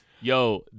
Yo